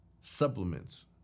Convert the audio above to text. supplements